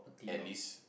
at least